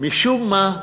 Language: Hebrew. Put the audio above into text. משום מה,